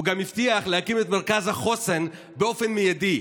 הוא גם הבטיח להקים את מרכז החוסן באופן מיידי,